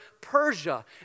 Persia